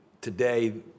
today